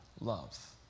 love